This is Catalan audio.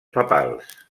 papals